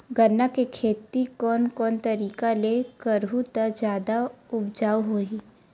गन्ना के खेती कोन कोन तरीका ले करहु त जादा उपजाऊ होही?